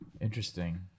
Interesting